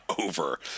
over